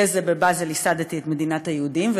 יהיה זה: "בבאזל ייסדתי את מדינת היהודים".